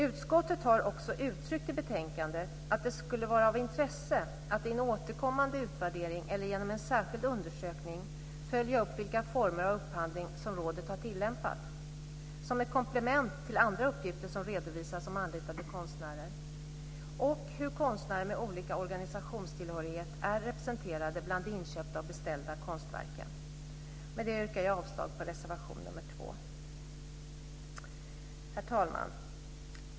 Utskottet har också uttryckt i betänkandet att det skulle vara av intresse att i en återkommande utvärdering eller genom en särskild undersökning följa upp vilka former av upphandling som rådet har tillämpat, som ett komplement till andra uppgifter som redovisas om anlitade konstnärer, och hur konstnärer med olika organisationstillhörighet är representerade bland de inköpta och beställda konstverken. Med det yrkar jag avslag på reservation 2. Herr talman!